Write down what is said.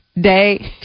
Day